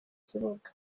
kibuga